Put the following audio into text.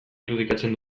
irudikatzen